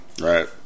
Right